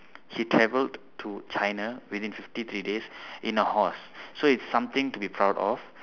he traveled to china within fifty three days in a horse so it's something to be proud of